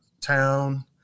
town